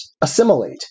assimilate